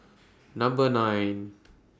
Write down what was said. Number nine